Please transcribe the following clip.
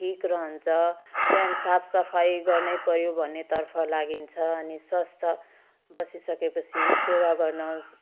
ठिक रहन्छ बिहान साफसफाइ गर्नैपर्यो भन्नेतर्फ लागिन्छ अनि स्वस्थ बसिसकेपछि सेवा गर्न